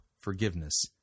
forgiveness